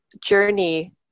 journey